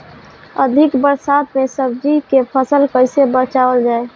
अधिक बरसात में सब्जी के फसल कैसे बचावल जाय?